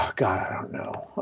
god i don't know